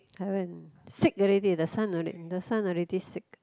haven't sick already the son already the son already sick